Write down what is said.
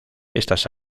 estas